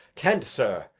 kent, sir,